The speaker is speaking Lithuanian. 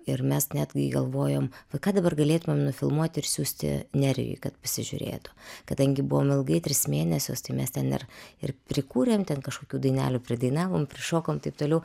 ir mes netgi galvojom va ką dabar galėtumėm nufilmuoti ir siųsti nerijui kad pasižiūrėtų kadangi buvom ilgai tris mėnesius tai mes ten ir ir prikūrėm ten kažkokių dainelių dainavom prišokom taip toliau